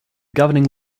governing